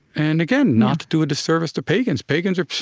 and again, not to do a disservice to pagans. pagans are